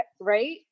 Right